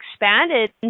expanded